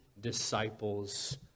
disciples